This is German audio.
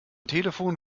telefon